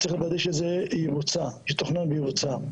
צריך לוודא שזה יתוכנן ויבוצע.